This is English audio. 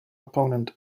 opponent